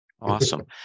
Awesome